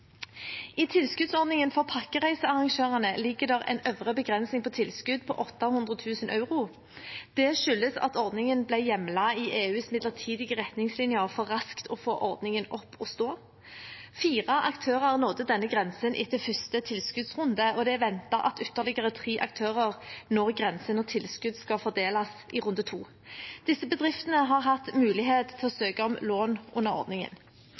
I tilskuddsordningen for pakkereisearrangørene ligger det en øvre begrensning på tilskudd på 800 000 euro. Det skyldes at ordningen ble hjemlet i EUs midlertidige retningslinjer for raskt å få ordningen opp å stå. Fire aktører nådde denne grensen etter første tilskuddsrunde, og det er ventet at ytterligere tre aktører når grensen når tilskudd skal fordeles i runde to. Disse bedriftene har hatt mulighet til å søke om lån under ordningen.